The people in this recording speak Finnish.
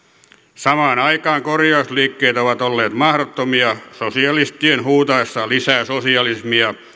samaan aikaan korjausliikkeet ovat olleet mahdottomia sosialistien huutaessa lisää sosialismia